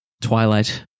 Twilight